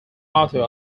author